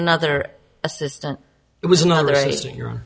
another assistant it was not raising your